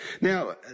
Now